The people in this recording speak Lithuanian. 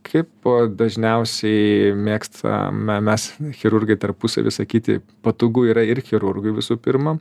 kaip dažniausiai mėgstame mes chirurgai tarpusavy sakyti patogu yra ir chirurgui visų pirma